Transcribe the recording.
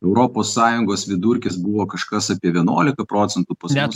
europos sąjungos vidurkis buvo kažkas apie vienuolika procentų pas mus